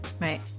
Right